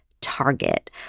target